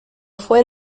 fue